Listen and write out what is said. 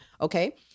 Okay